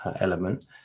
element